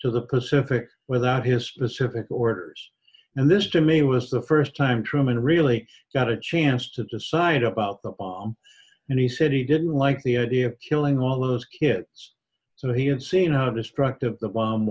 to the pacific without his specific orders and this to me was the first time truman really got a chance to decide about the bomb and he said he didn't like the idea of killing all those kids so he had seen a destructive the bomb